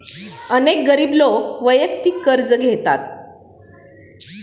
अनेक गरीब लोक वैयक्तिक कर्ज घेतात